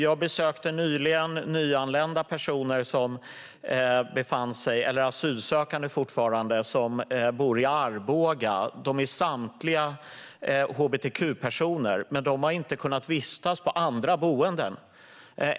Jag besökte nyligen asylsökande som bor i Arboga. Samtliga är hbtq-personer, men de har inte kunnat vistas på andra boenden.